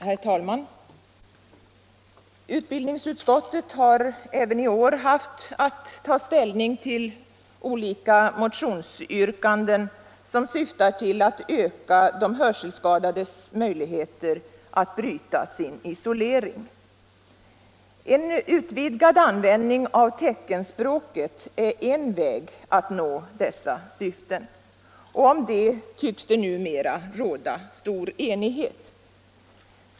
Herr talman! Utbildningsutskottet har även i år haft att ta ställning till olika motionsyrkanden som syftar till att öka de hörselskadades möjligheter att bryta sin isolering. En utvidgad användning av teckenspråket är en väg att nå dessa syften, och om detta tycks det numera råda stor enighet.